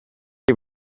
die